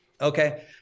Okay